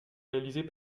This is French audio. réalisées